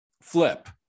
flip